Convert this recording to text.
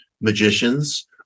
magicians